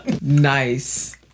Nice